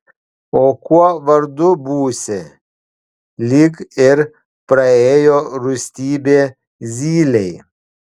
o kuo vardu būsi lyg ir praėjo rūstybė zylei